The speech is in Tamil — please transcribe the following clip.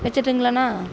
வச்சிட்டுங்களாண்ணா